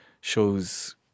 shows